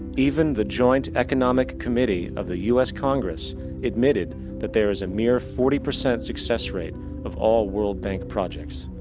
even the joint economic committee of the u s. congress admitted that there is a mere forty percent success rate of all world bank projects.